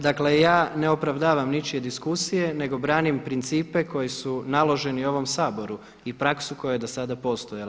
Dakle ja ne opravdavam ničije diskusije nego branim principe koji su naloženi ovom Saboru i praksu koja je dosada postojala.